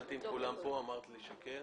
שאלתי אם כולם פה אמרת לי שכן,